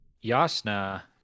Yasna